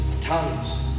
tongues